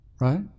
Right